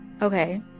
okay